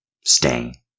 Stay